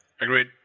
agreed